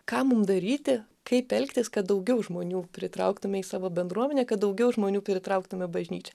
ką mum daryti kaip elgtis kad daugiau žmonių pritrauktume į savo bendruomenę kad daugiau žmonių pritrauktume į bažnyčią